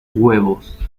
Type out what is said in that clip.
huevos